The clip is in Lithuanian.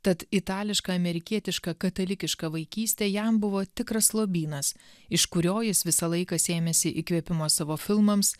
tad itališka amerikietiška katalikiška vaikystė jam buvo tikras lobynas iš kurio jis visą laiką sėmėsi įkvėpimo savo filmams